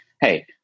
hey